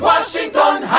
Washington